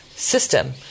system